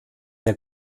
der